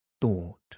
thought